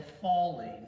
falling